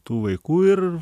tų vaikų ir